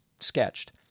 sketched